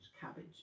cabbage